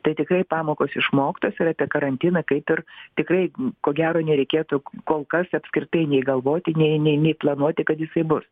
tai tikrai pamokos išmoktos ir apie karantiną kaip ir tikrai ko gero nereikėtų kol kas apskritai nei galvoti nei nei nei planuoti kad jisai bus